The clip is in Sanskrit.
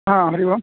हा हरि ओम्